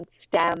stem